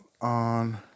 on